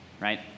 right